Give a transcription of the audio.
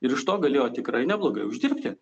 ir iš to galėjo tikrai neblogai uždirbti